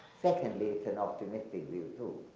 secondly, it's an optimistic view too.